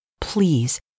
please